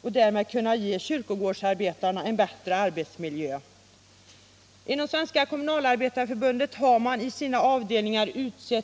för att man därmed skulle kunna ge denna grupp arbetare en bättre arbetsmiljö.